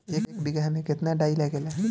एक बिगहा में केतना डाई लागेला?